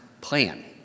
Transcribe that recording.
plan